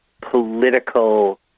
political